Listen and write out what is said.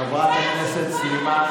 חברת הכנסת סלימאן,